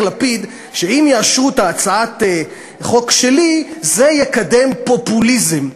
לפיד שאם יאשרו את הצעת החוק שלי זה יקדם פופוליזם.